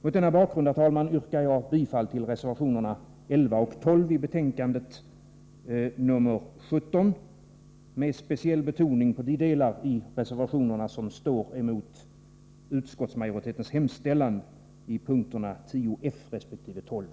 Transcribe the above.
Mot denna bakgrund yrkar jag bifall till reservationerna 11 och 12 i betänkande nr 17 med speciell betoning på de delar av reservationerna som står emot utskottsmajoritetens hemställan i mom. 10f resp. 12d.